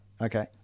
okay